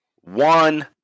one